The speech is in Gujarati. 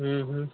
હં હં